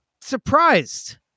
surprised